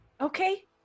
Okay